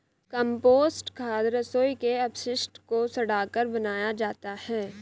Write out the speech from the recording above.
compost खाद रसोई के अपशिष्ट को सड़ाकर बनाया जाता है